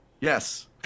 Yes